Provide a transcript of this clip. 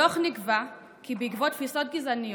בדוח נקבע כי בעקבות תפיסות גזעניות,